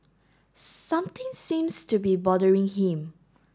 something seems to be bothering him